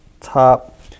top